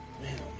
Man